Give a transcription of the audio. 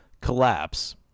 collapse